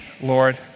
Lord